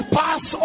pass